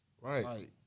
Right